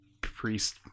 priest